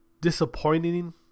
disappointing